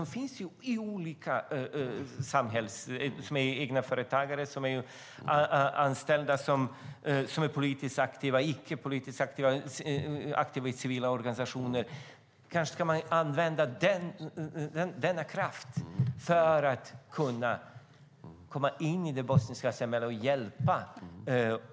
De är företagare eller anställda, en del är politiskt aktiva eller aktiva i civila organisationer. Kanske kan man använda denna kraft för att komma in i det bosniska samhället och hjälpa?